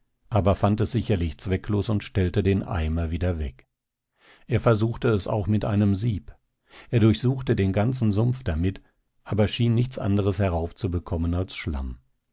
aber fand es sicherlich zwecklos und stellte den eimer wieder weg er versuchte es auch mit einem sieb er durchsuchte den ganzen sumpf damit aber schien nichts andres heraufzubekommen als schlamm